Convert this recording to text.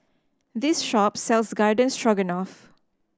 this shop sells Garden Stroganoff